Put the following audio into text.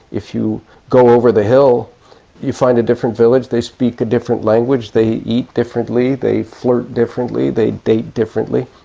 if you go over the hill you find a different village, they speak a different language, they eat differently, they flirt differently, they date differently.